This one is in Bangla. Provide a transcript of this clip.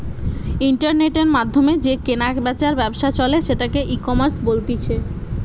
ইন্টারনেটের মাধ্যমে যে কেনা বেচার ব্যবসা চলে সেটাকে ইকমার্স বলতিছে